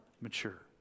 mature